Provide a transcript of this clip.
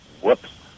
whoops